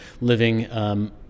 living